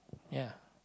ya